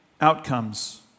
outcomes